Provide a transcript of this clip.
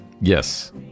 Yes